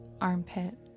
armpit